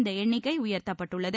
இந்த எண்ணிக்கை உயர்த்தப்பட்டுள்ளது